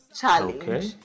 challenge